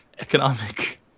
economic